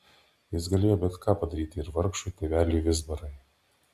jis galėjo bet ką padaryti ir vargšui tėveliui vizbarai